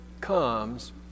comes